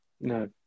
No